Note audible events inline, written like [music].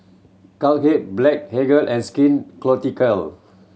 [unintelligible] Blephagel and Skin [unintelligible]